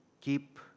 keep